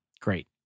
great